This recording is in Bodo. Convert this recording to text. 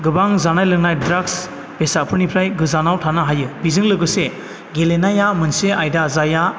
गोबां जानाय लोंनाय ड्राक्स बेसादफोरनिफाय गोजानाव थानो हायो बेजों लोगोसे गेलेनाया मोनसे आयदा जायहा